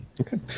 Okay